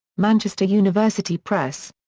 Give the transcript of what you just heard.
manchester university press.